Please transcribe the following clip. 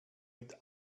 mit